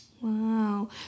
Wow